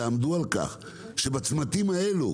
תעמדו על כך שבצמתים האלה,